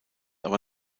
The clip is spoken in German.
aber